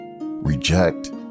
reject